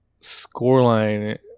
scoreline